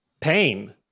pain